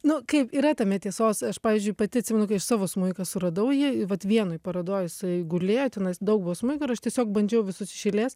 nu kaip yra tame tiesos aš pavyzdžiui pati atsimenu kai aš savo smuiką suradau jį vat vienoj parodoj jisai gulėjo tenais daug buvo smuikų ir aš tiesiog bandžiau visus iš eilės